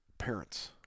Parents